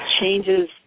changes